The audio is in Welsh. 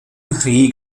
nghri